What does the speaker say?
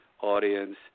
audience